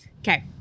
Okay